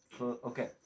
Okay